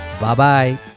Bye-bye